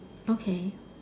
okay